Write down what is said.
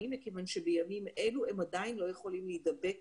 מכיוון שבימים אלה הם עדין לא יכולים להידבק